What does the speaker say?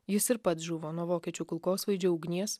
jis ir pats žuvo nuo vokiečių kulkosvaidžio ugnies